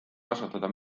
kasvatada